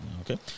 Okay